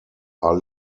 are